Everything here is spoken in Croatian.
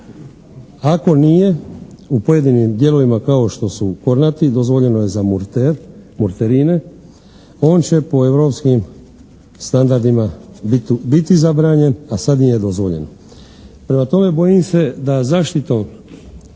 Ako nije u pojedinim dijelovima kao što su Kornati, dozvoljeno je za Murter, Murterine, on će po europskim standardima biti zabranjen, a sad im je dozvoljeno. Prema tome, bojim se da zaštitom